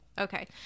Okay